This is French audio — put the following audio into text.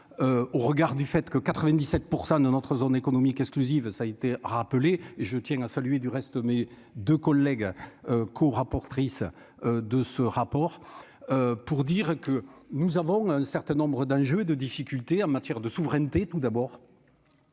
au regard du fait que 97 % de notre zone économique exclusive, ça été rappelé et je tiens à saluer du resto mes 2 collègues qu'au rapport trices de ce rapport pour dire que nous avons un certain nombre d'enjeux de difficultés en matière de souveraineté tout d'abord,